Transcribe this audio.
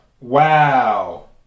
Wow